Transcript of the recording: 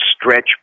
stretch